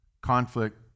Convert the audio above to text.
conflict